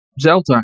Zelda